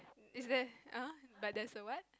is there eh but there's a what